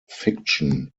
fiction